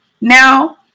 Now